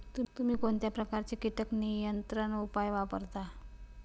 तुम्ही कोणत्या प्रकारचे कीटक नियंत्रण उपाय वापरता?